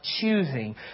choosing